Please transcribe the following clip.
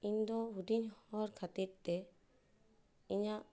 ᱤᱧᱫᱚ ᱦᱩᱰᱤᱧ ᱦᱚᱲ ᱠᱷᱟᱹᱛᱤᱨ ᱛᱮ ᱤᱧᱟᱹᱜ